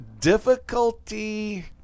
difficulty